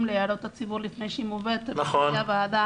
להערות הציבור לפני שהיא מובאת לוועדה.